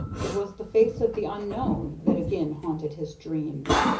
it was the face of the unknown that again haunted his dreams.